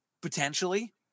potentially